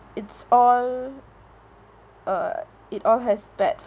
it's all uh it all has bad